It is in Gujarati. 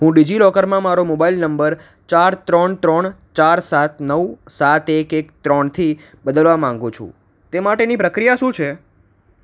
હું ડિજિલોકરમાં મારો મોબાઇલ નંબર ચાર ત્રણ ત્રણ ચાર સાત નવ સાત એક એક ત્રણથી બદલવા માગું છું તે માટેની પ્રક્રિયા શું છે